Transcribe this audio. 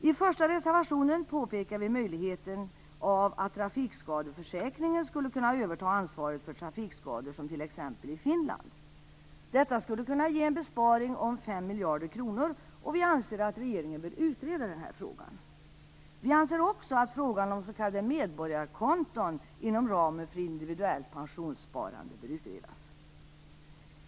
I reservation 1 påpekar vi möjligheten av att trafikskadeförsäkringen skulle kunna överta ansvaret för trafikskador, som t.ex. i Finland. Detta skulle kunna ge en besparing om 5 miljarder kronor, och vi anser att regeringen bör utreda frågan. Vi anser också att frågan om s.k. medborgarkonton inom ramen för individuellt pensionssparande bör utredas.